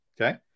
okay